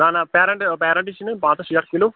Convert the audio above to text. نہ نہ پیرَنٹہٕ پیرَنٹٕز چھِ نِنۍ پنٛژاہ شیٹھ کِلوٗ